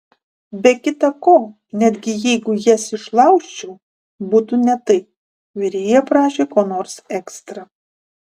be kita ko netgi jeigu jas išlaužčiau būtų ne tai virėja prašė ko nors ekstra